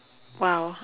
!wow!